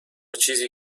چیزی